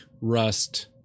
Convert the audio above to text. Rust